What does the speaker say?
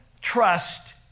trust